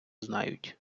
знають